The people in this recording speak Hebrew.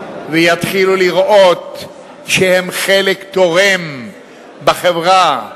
ויתחילו לראות שהם חלק תורם בחברה,